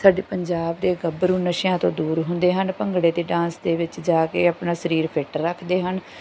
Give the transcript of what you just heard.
ਸਾਡੇ ਪੰਜਾਬ ਦੇ ਗੱਭਰੂ ਨਸ਼ਿਆਂ ਤੋਂ ਦੂਰ ਹੁੰਦੇ ਹਨ ਭੰਗੜੇ ਅਤੇ ਡਾਂਸ ਦੇ ਵਿੱਚ ਜਾ ਕੇ ਆਪਣਾ ਸਰੀਰ ਫਿਟ ਰੱਖਦੇ ਹਨ